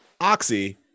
Oxy